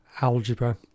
algebra